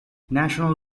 national